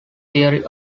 theory